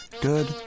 Good